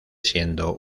siendo